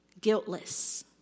guiltless